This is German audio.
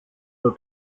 der